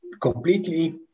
completely